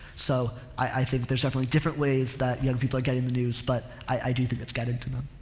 so, i, i think there's definitely different ways that young people are getting the news but i, i do think it's getting to them.